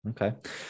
Okay